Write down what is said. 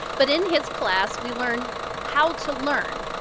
but in his class we learn how to learn,